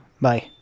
Bye